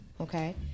Okay